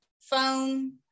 phone